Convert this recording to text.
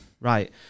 Right